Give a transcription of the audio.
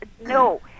no